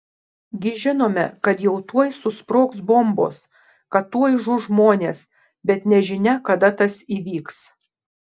gi žinome kad jau tuoj susprogs bombos kad tuoj žus žmonės bet nežinia kada tas įvyks